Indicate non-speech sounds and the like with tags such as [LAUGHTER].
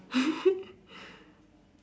[LAUGHS]